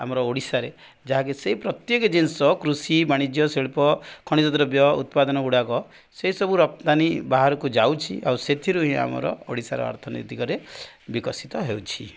ଆମର ଓଡ଼ିଶାରେ ଯାହାକି ସେଇ ପ୍ରତ୍ୟେକ ଜିନିଷ କୃଷି ବାଣିଜ୍ୟ ଶିଳ୍ପ ଖଣିଜଦ୍ରବ୍ୟ ଉତ୍ପାଦନ ଗୁଡ଼ାକ ସେସବୁ ରପ୍ତାନି ବାହାରକୁ ଯାଉଛି ଆଉ ସେଥିରୁ ହିଁ ଆମର ଓଡ଼ିଶାର ଅର୍ଥନୈତିକରେ ବିକଶିତ ହେଉଛି